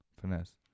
finesse